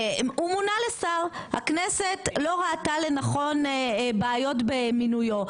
כשהוא מונה לשר הכנסת לא ראתה בעיות במינויו,